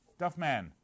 Duffman